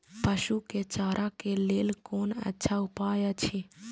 पशु के चारा के लेल कोन अच्छा उपाय अछि?